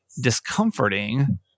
discomforting